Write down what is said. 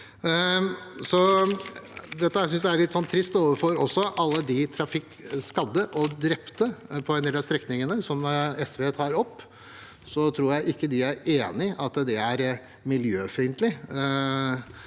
også er litt trist overfor alle de trafikkskadde- og drepte på en del av strekningene som SV tar opp. Jeg tror ikke de er enig i at det er miljøfiendtlige